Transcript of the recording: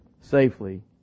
safely